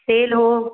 तेल हो